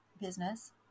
business